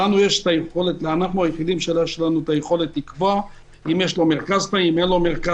לנו יש היכולת לקבוע אם יש מרכז חיים בארץ או לא,